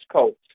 Coast